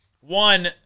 one